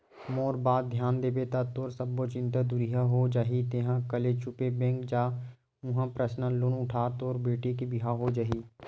मोर बात धियान देबे ता तोर सब्बो चिंता दुरिहा हो जाही तेंहा कले चुप बेंक जा उहां परसनल लोन उठा तोर बेटी के बिहाव हो जाही